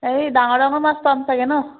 হেৰি ডাঙৰ ডাঙৰ মাছ পাম চাগে ন